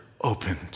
opened